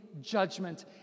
judgment